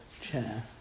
chair